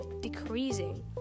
decreasing